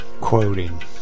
quoting